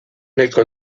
nahiko